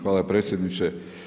Hvala predsjedniče.